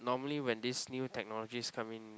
normally when this new technologies come in